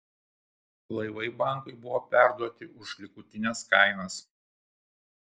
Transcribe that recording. laivai bankui buvo perduoti už likutines kainas